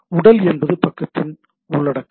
உடல் என்பது பக்கத்தின் உள்ளடக்கம்